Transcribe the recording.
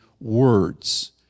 words